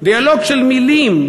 דיאלוג של מילים,